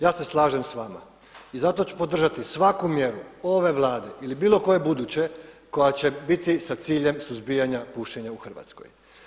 Ja se slažem s vama i zato ću podržati svaku mjeru ove Vlade ili bilo koje buduće koja će biti sa ciljem suzbijanja pušenja u Hrvatskoj.